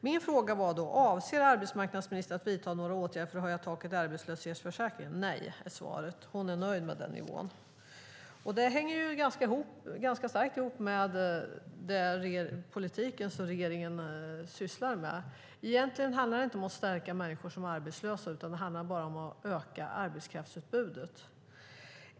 Min fråga var: Avser arbetsmarknadsministern att vidta några åtgärder för att höja taket i arbetslöshetsförsäkringen? Svaret är nej. Hon är nöjd med dagens nivå. Det hänger ganska starkt ihop med regeringens politik. Egentligen handlar det inte om att stärka människor som är arbetslösa, utan det handlar bara om att öka arbetskraftsutbudet.